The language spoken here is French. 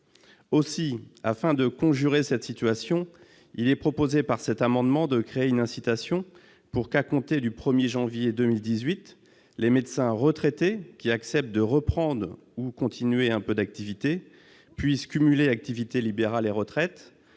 Aussi, afin de conjurer cette situation, les auteurs de cet amendement proposent de créer une incitation pour que, à compter du 1 janvier 2018, les médecins retraités qui acceptent de reprendre ou de continuer un peu d'activité puissent cumuler leur activité libérale et leur retraite